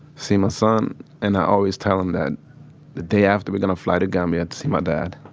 see my son. and i always tell him that the day after we're going to fly to gambia to see my dad.